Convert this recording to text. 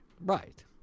Right